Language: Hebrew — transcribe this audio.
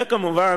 שכתוצאה